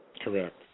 Correct